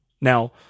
Now